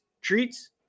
treats